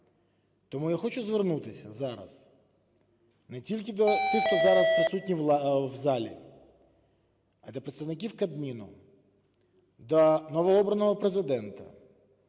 Тому я хочу звернутися зараз не тільки до тих, хто зараз присутній в залі, а до представників Кабміну, до новообраного Президента,